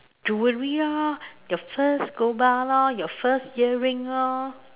jewelry orh your first gold bar lor your first earring orh